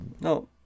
No